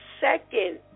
second